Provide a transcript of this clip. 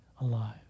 alive